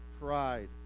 pride